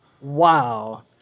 Wow